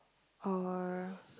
or